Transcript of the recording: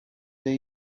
day